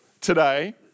today